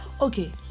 okay